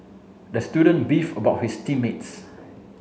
the student beefed about his team mates